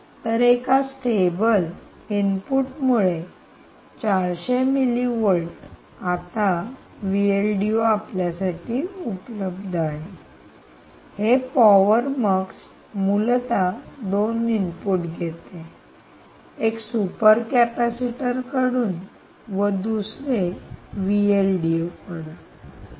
तर एका stable stable स्थिर इनपुट मुळे 400 मिली व्होल्ट आता आपल्यासाठी उपलब्ध आहे हे पॉवर मक्स मूलत दोन इनपुट घेते एक सुपर कॅपेसिटर कडून व दुसरे कडून घेत आहे